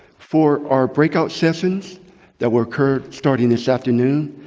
for our breakout sessions that will occur starting this afternoon,